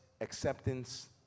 acceptance